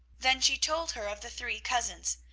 then she told her of the three cousins,